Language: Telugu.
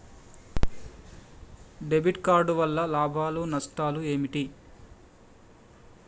డెబిట్ కార్డు వల్ల లాభాలు నష్టాలు ఏమిటి?